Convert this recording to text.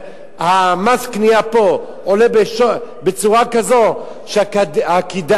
מס הקנייה פה עולה בצורה כזו שהכדאיות,